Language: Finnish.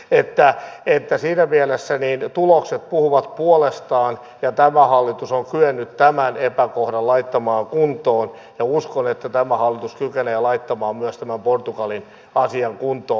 että siinä mielessä tulokset puhuvat puolestaan tämä hallitus on kyennyt tämän epäkohdan laittamaan kuntoon ja uskon että tämä hallitus kykenee laittamaan myös tämän portugalin asian kuntoon